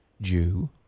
Jew